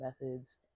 methods